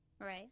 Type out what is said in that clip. Right